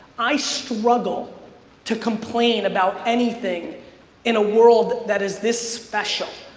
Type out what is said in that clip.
i struggle to complain about anything in a world that is this special.